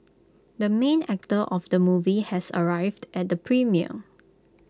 the main actor of the movie has arrived at the premiere